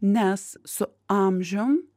nes su amžium